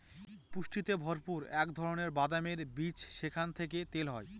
পুষ্টিতে ভরপুর এক ধরনের বাদামের বীজ যেখান থেকে তেল হয়